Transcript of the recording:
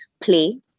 play